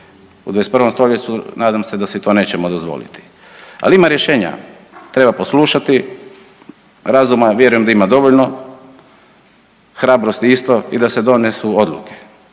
U 21. st. nadam se da si to nećemo dozvoliti. Ali, ima rješenja. Treba poslušati, razuma vjerujem da ima dovoljno, hrabrosti isto i da se donesu odluke.